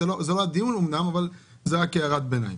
זה לא הדיון אומנם, אבל זו רק הערת ביניים.